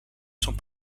sont